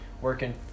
working